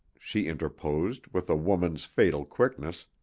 she interposed, with a woman's fatal quickness,